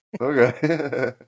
Okay